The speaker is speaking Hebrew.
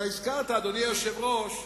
אתה הזכרת, אדוני היושב-ראש,